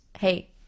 hey